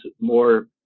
more